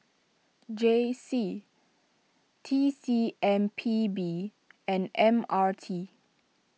J C T C M P B and M R T